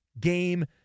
Game